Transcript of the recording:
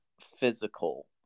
physical